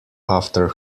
after